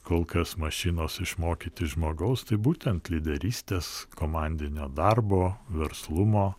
kol kas mašinos išmokyti žmogaus tai būtent lyderystės komandinio darbo verslumo